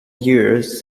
years